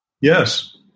Yes